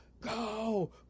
go